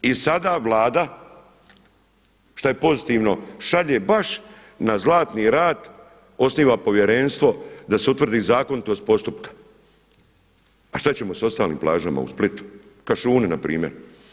I sada Vlada šta je pozitivno šalje baš na Zlatni rat osniva povjerenstvo da se utvrdi zakonitost postupka, a šta ćemo sa ostalim plažama u Splitu, Kašjuni npr.